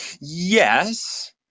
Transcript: yes